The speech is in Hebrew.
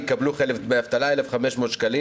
יקבלו חלף דמי אבטלה 1,500 שקלים,